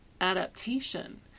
adaptation